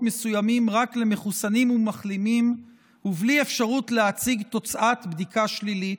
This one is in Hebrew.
מסוימים רק למחוסנים ומחלימים בלי אפשרות להציג תוצאת בדיקה שלילית,